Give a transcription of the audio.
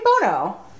Bono